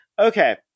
Okay